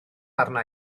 arna